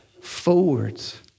forwards